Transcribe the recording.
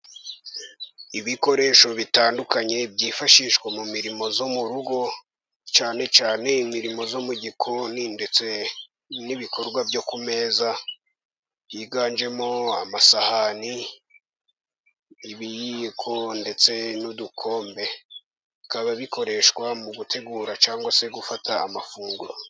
Ibikoresho bitandukanye byifashishwa mu mirimo yo mu rugo, cyane cyane imirimo yo mu gikoni ndetse n'ibikorwa byo ku meza, byiganjemo amasahani, ibiyiko ndetse n'udukombe. Bikaba bikoreshwa mu gutegura cyangwa se gufata amafunguro.